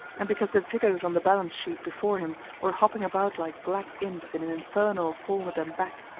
and because the figures on the balance sheet before him were hopping about like black imps in an infernal forward-and-back,